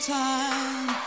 time